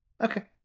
Okay